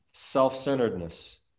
self-centeredness